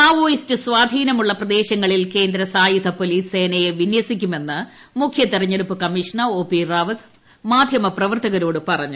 Maoist സ്വാധീനമുള്ള പ്രദേശങ്ങളിൽ കേന്ദ്ര സായുധ പൊലീസ് സേനയെ വിന്യസിക്കുമെന്ന് മുഖ്യ തെരഞ്ഞെടുപ്പ് കമ്മീഷണർ പി റാവത്ത് മാന്യമ ഒ പ്രവർത്തകരോട് പറഞ്ഞു